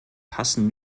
passen